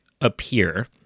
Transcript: appear